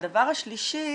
הדבר השלישי